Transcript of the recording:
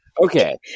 Okay